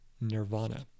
nirvana